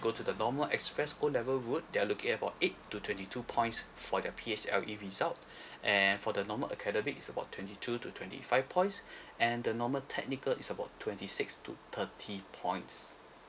go to the normal express O level route they're looking about eight to twenty two points for their P_S_L_E result and for the normal academic is about twenty to twenty five points and the normal technical is about twenty six to thirty points